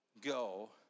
go